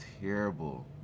terrible